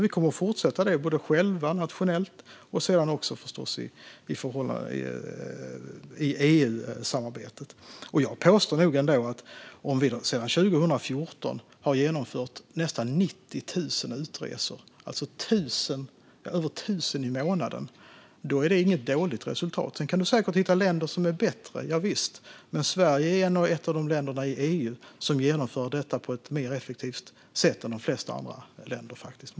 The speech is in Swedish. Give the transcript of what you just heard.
Vi kommer att fortsätta det själva nationellt och också i EU-samarbetet. Jag påstår nog ändå att om vi sedan 2014 har genomfört nästan 90 000 utresor - över 1 000 i månaden - är det inte något dåligt resultat. Sedan kan du säkert hitta länder som är bättre, javisst. Men Sverige är nog ett av de länder i EU som genomför detta på ett mer effektivt sätt än de flesta andra länder.